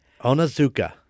Onazuka